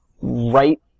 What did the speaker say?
right